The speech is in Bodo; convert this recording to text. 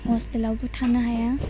हस्टेलावबो थानो हाया